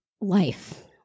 life